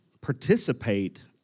participate